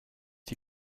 die